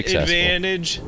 advantage